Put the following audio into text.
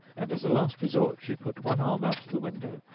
and, as a last resource, she put one arm out of the window,